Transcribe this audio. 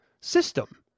system